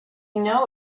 know